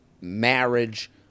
marriage